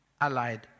allied